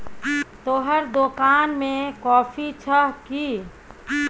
तोहर दोकान मे कॉफी छह कि?